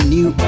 New